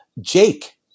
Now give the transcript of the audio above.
Jake